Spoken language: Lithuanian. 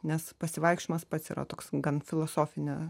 nes pasivaikščiojimas pats yra toks gan filosofinė